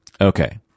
Okay